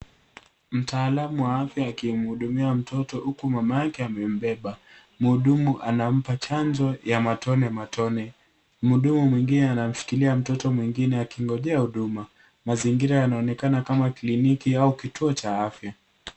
Mtaalumu wa afya akimhudumia mtoto huku mamake amembeba. Mhudumu anampa chanjo, ya matone matone. Mhudumu mwingine anamshikilia mtoto mwingine, akingojea huduma. Mazingira yanaonekana kama kliniki au kituo cha afya.